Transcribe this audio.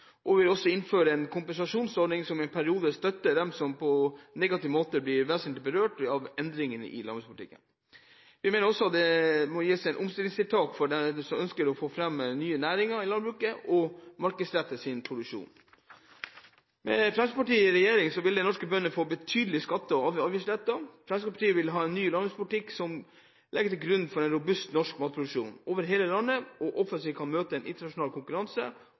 innføre en kompensasjonsordning, som i en periode støtter dem som på en negativ måte blir vesentlig berørt av endringene i landbrukspolitikken. Vi mener også det må iverksettes omstillingstiltak for dem som ønsker å få fram nye næringer i landbruket, og som ønsker å markedsrette sin produksjon. Med Fremskrittspartiet i regjering vil norske bønder få betydelige skatte- og avgiftslettelser. Fremskrittspartiet vil ha en ny landbrukspolitikk som kan legge grunnlag for en robust norsk matproduksjon over hele landet, og som offensivt kan møte internasjonal konkurranse